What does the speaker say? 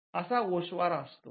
असा गोषवारा असतो